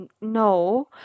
No